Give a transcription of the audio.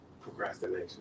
procrastination